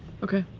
okay,